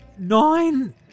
Nine